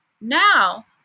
Now